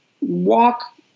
walk